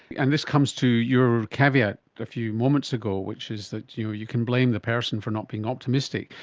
and this comes to your caveat a few moments ago which is that you you can blame the person for not being optimistic.